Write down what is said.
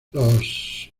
los